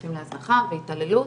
שחשופים להזנחה והתעללות.